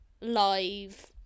live